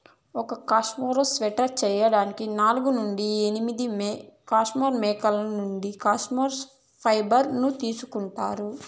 ఒక cashmere sweater చేయడానికి నాలుగు నుండి ఎనిమిది కష్మెరె మేకల నుండి కష్మెరె ఫైబర్ ను తీసుకుంటారు